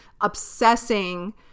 obsessing